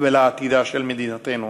מתחייבת אני ציפי לבני,